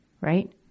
Right